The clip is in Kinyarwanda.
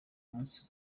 umunsi